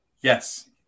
yes